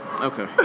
Okay